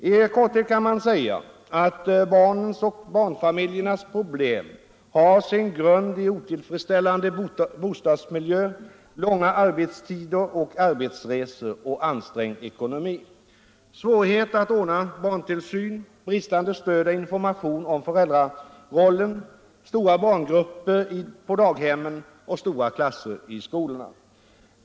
I korthet kan man säga att barnens och barnfamiljernas problem har sin grund i otillfredsställande bostadsmiljö, långa arbetstider och arbetsresor, ansträngd ekonomi, svårighet att ordna barntillsyn, bristande stöd och information om föräldrarollen, stora barngrupper på daghemmen och stora klasser i skolorna.